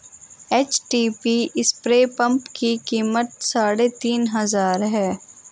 HTP spray pump की कीमत साढ़े तीन हजार है